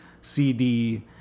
CD